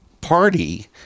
party